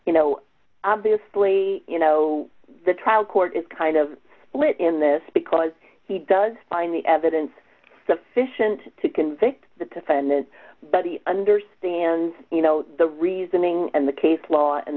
you know obviously you know the trial court is kind of split in this because he does find the evidence sufficient to convict the defendant body understands you know the reasoning and the case law and